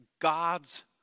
God's